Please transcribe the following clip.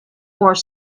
more